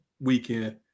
weekend